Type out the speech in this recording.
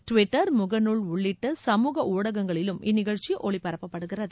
Twitter முகநூல் உள்ளிட்ட சமூக ஊடகங்களிலும் இந்நிகழ்ச்சி ஒலிபரப்பப்படுகிறது